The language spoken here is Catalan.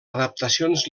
adaptacions